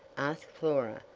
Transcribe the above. asked flora,